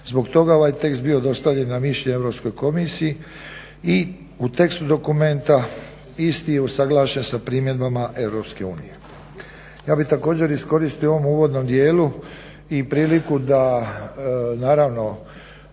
zbog toga je ovaj tekst bio dostavljen na mišljenje Europskoj komisiji i u tekstu dokumenta isti je usuglašen sa primjedbama EU. Ja bih također iskoristio u ovom uvodnom dijelu i priliku da naravno